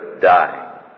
dying